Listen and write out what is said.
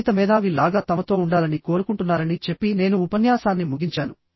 సంగీత మేధావి లాగా తమతో ఉండాలని కోరుకుంటున్నారని చెప్పి నేను ఉపన్యాసాన్ని ముగించాను